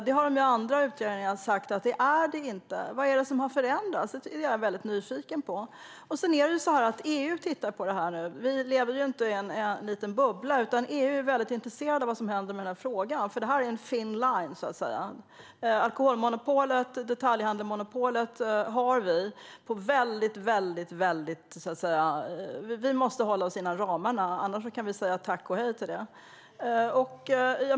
Det har ju de andra utredningarna sagt att det inte är. Vad är det som har förändrats? Det är jag väldigt nyfiken på. EU tittar på detta nu. Vi lever ju inte i en liten bubbla, utan EU är väldigt intresserat av vad som händer i frågan. Det är ju en thin line, så att säga. Om vi ska få ha kvar detaljhandelsmonopolet måste vi hålla oss inom ramarna. Annars kan vi säga tack och hej till det.